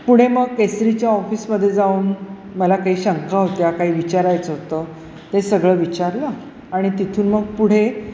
पुढे मग केसरीच्या ऑफिसमध्ये जाऊन मला काही शंका होत्या काही विचारायचं होतं ते सगळं विचारलं आणि तिथून मग पुढे